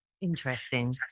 Interesting